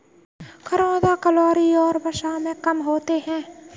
करौंदा कैलोरी और वसा में कम होते हैं